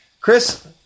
Chris